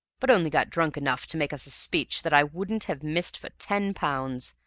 but only got drunk enough to make us a speech that i wouldn't have missed for ten pounds.